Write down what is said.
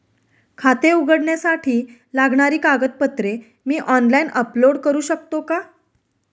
खाते उघडण्यासाठी लागणारी कागदपत्रे मी ऑनलाइन अपलोड करू शकतो का?